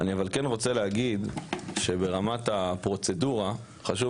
אני כן רוצה להגיד שברמת הפרוצדורה חשוב